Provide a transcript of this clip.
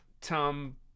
Tom